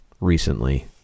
recently